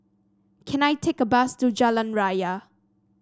can I take a bus to Jalan Raya